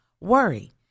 worry